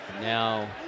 Now